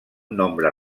nombre